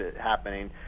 happening